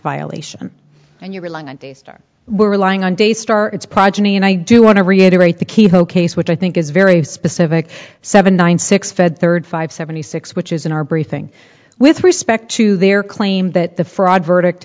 violation and you're relying on these we're relying on daystar it's progeny and i do want to reiterate the keyhole case which i think is very specific seven thousand six fed third five seventy six which is in our briefing with respect to their claim that the fraud verdict